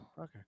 Okay